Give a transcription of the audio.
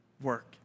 work